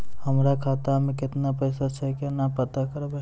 हमरा खाता मे केतना पैसा छै, केना पता करबै?